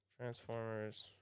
Transformers